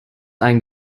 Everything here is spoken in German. ein